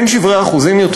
אין יותר שברי אחוזים,